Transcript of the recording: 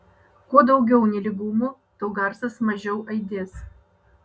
kuo daugiau nelygumų tuo garsas mažiau aidės